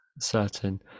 certain